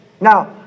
Now